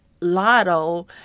lotto